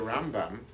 Rambam